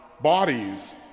bodies